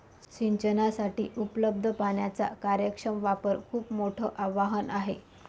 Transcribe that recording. सिंचनासाठी उपलब्ध पाण्याचा कार्यक्षम वापर खूप मोठं आवाहन आहे